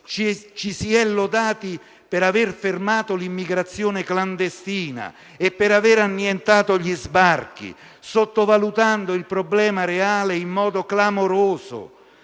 ci si è lodati per avere fermato l'immigrazione clandestina e per avere annientato gli sbarchi, sottovalutando in modo clamoroso